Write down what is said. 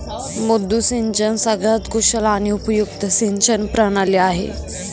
मुद्दू सिंचन सगळ्यात कुशल आणि उपयुक्त सिंचन प्रणाली आहे